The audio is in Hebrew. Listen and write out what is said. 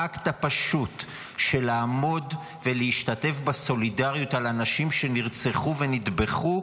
האקט הפשוט של לעמוד ולהשתתף בסולידריות על אנשים שנרצחו ונטבחו,